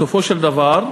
בסופו של דבר,